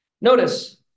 Notice